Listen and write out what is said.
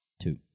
Two